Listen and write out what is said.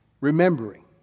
remembering